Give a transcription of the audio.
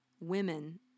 women